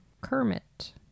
Kermit